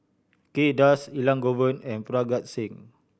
Kay Das Elangovan and Parga Singh